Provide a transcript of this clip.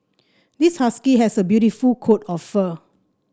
this husky has a beautiful coat of fur